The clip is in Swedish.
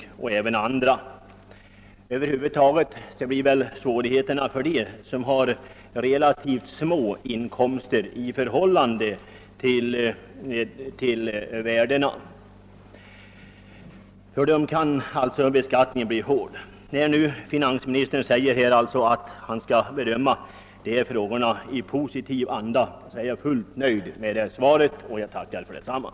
Resultatet av den pågående fastighetstaxeringen kan Ööverblickas först under andra kvartalet 1970. Sådana åtgärder som herr Jonasson åsyftar kommer att övervägas i positiv anda när underlag finns för frågans bedömning.